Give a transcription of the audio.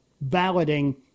balloting